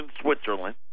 Switzerland